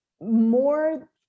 More